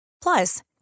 Plus